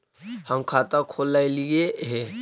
हम खाता खोलैलिये हे?